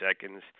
seconds